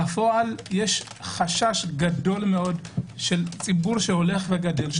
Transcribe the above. בפועל יש חשש גדול מאוד של ציבור הולך וגדל,